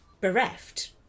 bereft